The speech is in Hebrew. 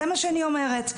זה מה שאני אומרת.